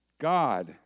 God